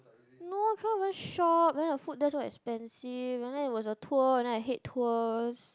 no cannot even shop then the food there so expensive and then it was a tour and then I hate tours